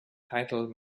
titled